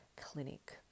Clinic